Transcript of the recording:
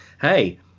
hey